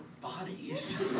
bodies